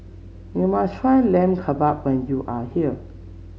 you must try Lamb Kebab when you are here